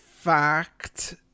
fact